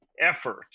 effort